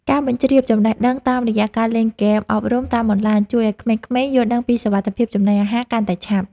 ការបញ្ជ្រាបចំណេះដឹងតាមរយៈការលេងហ្គេមអប់រំតាមអនឡាញ ជួយឱ្យក្មេងៗយល់ដឹងពីសុវត្ថិភាពចំណីអាហារកាន់តែឆាប់។